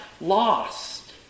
lost